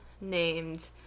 named